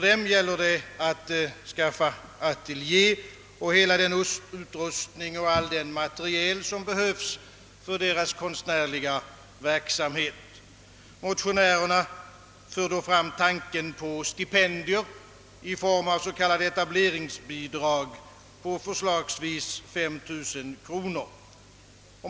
De måste skaffa sig ateljé och all den utrustning och materiel, som behövs för deras konstnärliga verksamhet. Motionärerna för därför fram tanken på stipendier i form av s.k. etableringsbidrag på förslagsvis 5 000 kronor.